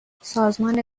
سازمان